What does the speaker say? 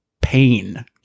pain